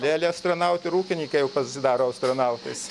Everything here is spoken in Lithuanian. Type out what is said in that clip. lely astronaut ir ūkininkai jau pasidaro astronautais